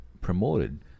promoted